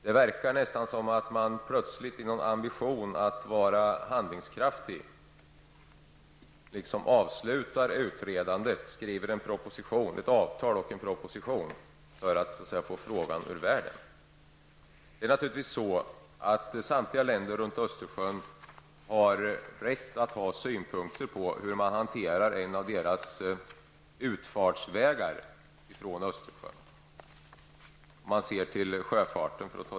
Det verkar nästan som om man plötsligt i en ambition att vara handlingskraftig avslutar utredandet, skriver ett avtal och en proposition, för att så att säga få frågan ur världen. Samtliga länder runt Östersjön har naturligtvis rätt att ha synpunkter på hur man hanterar en av deras utfartsvägar från Östersjön, om man ser till sjöfarten.